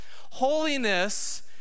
Holiness